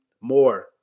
more